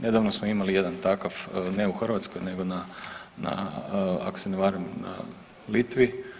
Nedavno smo imali jedan takav, ne u Hrvatskoj nego na ako se ne varam na Litvi.